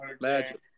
Magic